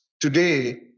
Today